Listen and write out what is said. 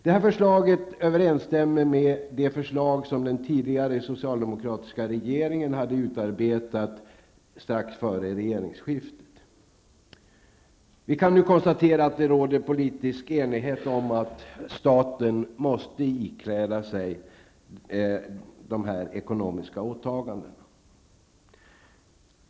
Det här förslaget överensstämmer med det förslag som den tidigare socialdemokratiska regeringen hade utarbetat strax före regeringsskiftet. Vi kan nu konstatera att det råder politisk enighet om att staten måste fullgöra de här ekonomiska åtagandena.